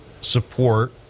support